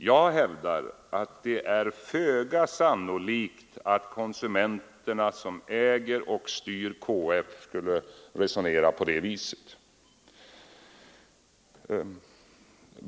Jag hävdar att det är föga sannolikt att konsumenterna, som äger och styr KF, skulle resonera på det sättet.